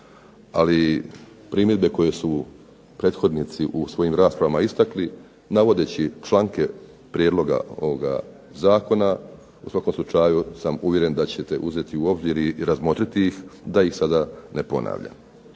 ali primjedbe koje su prethodnici u svojim raspravama istakli navodeći članke prijedloga ovoga zakona u svakom slučaju sam uvjeren da ćete uzeti u obzir i razmotriti ih da ih sada ne ponavljam.